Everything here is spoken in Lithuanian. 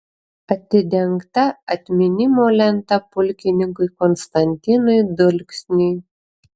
atidengta atminimo lenta pulkininkui konstantinui dulksniui